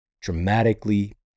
dramatically